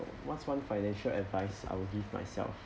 what's one financial advice I will give myself